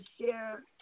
share